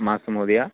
मास्तु महोदय